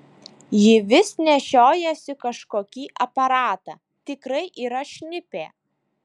ji vis nešiojasi kažkokį aparatą tikrai yra šnipė